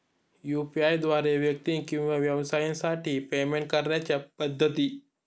UPI द्वारे व्यक्ती किंवा व्यवसायांसाठी पेमेंट करण्याच्या पद्धती